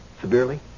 Severely